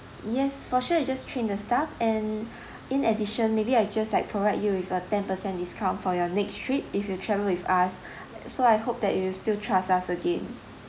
yes for sure we will just train the staff and in addition maybe I'll just like provide you with a ten percent discount for your next trip if you travel with us so I hope that you will still trust us again